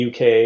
UK